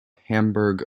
hamburg